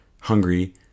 hungry